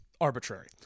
arbitrary